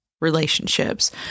relationships